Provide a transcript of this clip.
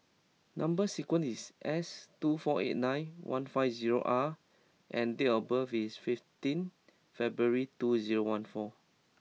number sequence is S two four eight nine one five zero R and date of birth is fifteen February two zero one four